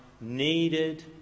Needed